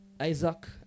Isaac